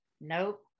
Nope